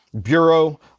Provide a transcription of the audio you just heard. bureau